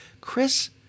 Chris